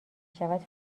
شود